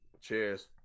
cheers